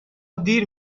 دیر